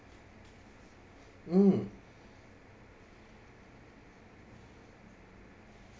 mm